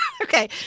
Okay